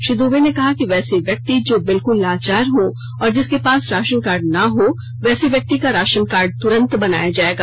श्री दुबे ने कहा कि वैसे व्यक्ति जो बिल्कुल लाचार हों और जिसके पास राशन कार्ड ना हो वैसे व्यक्ति का राशन कार्ड तुरंत बनाया जाएगा